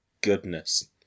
goodness